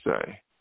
say